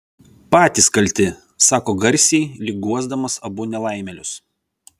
patys kalti sako garsiai lyg guosdamas abu nelaimėlius